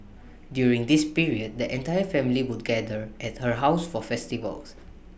during this period the entire family would gather at her house for festivals